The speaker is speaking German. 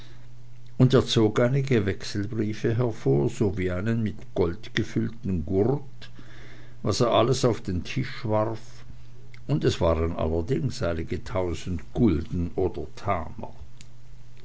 und er zog einige wechselbriefe hervor sowie einen mit gold angefüllten gurt was er alles auf den tisch warf und es waren allerdings einige tausend gulden oder taler